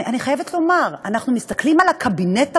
אני חייבת לומר: אנחנו מסתכלים על הקבינט הביטחוני,